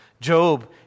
Job